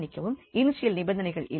மன்னிக்கவும் இனிஷியல் நிபந்தனைகள் இல்லை